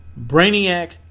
Brainiac